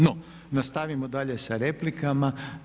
No, nastavimo dalje sa replikama.